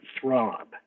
throb